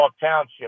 Township